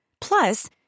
Plus